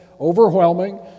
overwhelming